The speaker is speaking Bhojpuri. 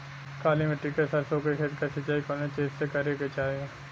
काली मिट्टी के सरसों के खेत क सिंचाई कवने चीज़से करेके चाही?